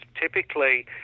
typically